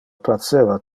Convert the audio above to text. placeva